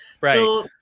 Right